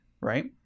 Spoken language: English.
Right